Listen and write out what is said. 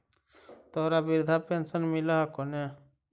तोहरा वृद्धा पेंशन मिलहको ने?